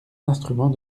instrument